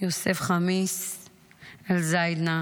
יוסף חמזה אלזיאדנה,